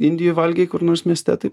indijoj valgei kur nors mieste taip